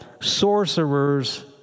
sorcerers